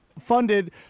funded